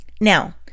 Now